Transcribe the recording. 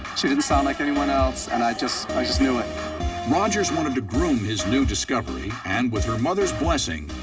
she didn't sound like anyone else. and i just i just knew it. narrator rogers wanted to groom his new discovery, and, with her mother's blessing,